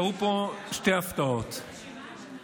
קרו פה שתי הפתעות: האחת,